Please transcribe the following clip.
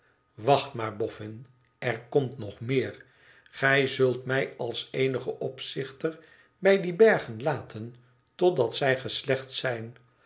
wacht maar boffin er komt nog meer gij zult mij als eenigen opzichter bij die bergen laten totdat zij geslecht zijn